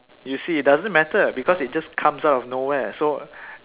you see it doesn't matter because it just comes out of nowhere so